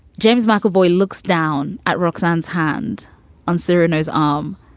james mcavoy looks down at roxana's hand on serino's arm.